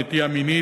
נטייה מינית,